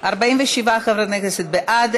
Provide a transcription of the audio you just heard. להעביר לוועדת החוקה,